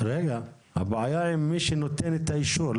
הבעיה עם מי שנותן את האישור.